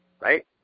Right